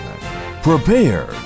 Prepare